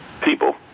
people